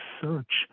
search